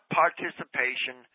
participation